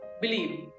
Believe